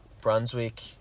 Brunswick